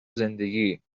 زندگی